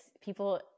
people